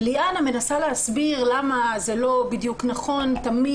וליאנה מנסה להסביר למה זה לא בדיוק נכון תמיד,